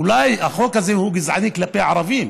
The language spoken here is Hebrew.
אולי החוק הזה הוא גזעני כלפי ערבים,